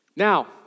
Now